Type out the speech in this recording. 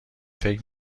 فکر